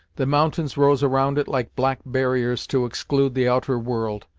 the mountains rose around it like black barriers to exclude the outer world,